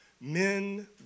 men